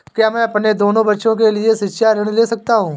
क्या मैं अपने दोनों बच्चों के लिए शिक्षा ऋण ले सकता हूँ?